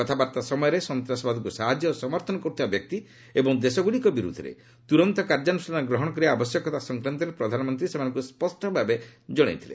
କଥାବାର୍ଭା ସମୟରେ ସନ୍ତାସବାଦକୁ ସାହଯ୍ୟ ଓ ସମର୍ଥନ କରୁଥିବା ବ୍ୟକ୍ତି ଏବଂ ଦେଶଗୁଡ଼ିକ ବିରୁଦ୍ଧରେ ତୁରନ୍ତ କାର୍ଯ୍ୟାନୁଷ୍ଠାନ ଗ୍ରହଣ କରିବା ଆବଶ୍ୟକତା ସଂକ୍ରାନ୍ତରେ ପ୍ରଧାନମନ୍ତ୍ରୀ ସେମାଙ୍କୁ ସ୍ୱଷ୍ଟ ଭାବେ ଜଣାଇଛନ୍ତି